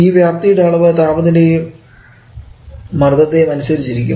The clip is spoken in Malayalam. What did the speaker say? ഈ വ്യാപ്തി യുടെ അളവ് താപനിലയെ യും മർദ്ദത്തെയും അനുസരിച്ചിരിക്കും